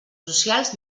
socials